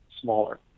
smaller